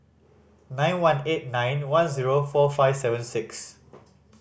nine one eight nine one zero four five seven six